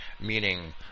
meaning